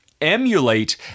emulate